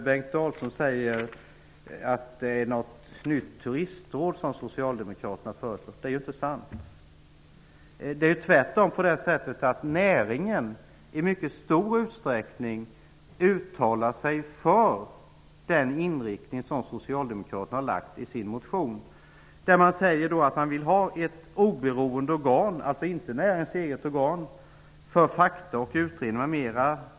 Bengt Dalström säger att socialdemokraterna föreslår ett nytt turistråd. Det är ju inte sant! Det är tvärtom på det sättet att näringen i mycket stor utsträckning uttalar sig för den inriktning som socialdemokraterna har förespråkat i sin motion. Näringen vill ha ett oberoende organ -- alltså inte näringens eget organ -- för fakta och utredning m.m.